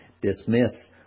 dismiss